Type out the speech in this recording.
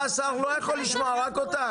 השר לא יכול לשמוע רק אותך.